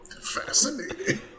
Fascinating